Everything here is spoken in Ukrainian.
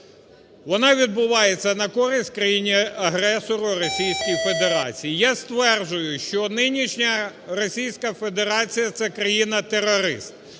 Вона відбувається на користь країні-агресору – Російській Федерації. Я стверджую, що нинішня Російська Федерація – це країна-терорист.